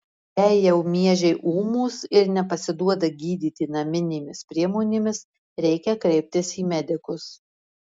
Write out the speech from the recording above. jei jau miežiai ūmūs ir nepasiduoda gydyti naminėmis priemonėmis reikia kreiptis į medikus